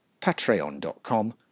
patreon.com